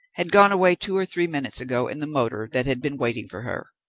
had gone away two or three minutes ago in the motor that had been waiting for her.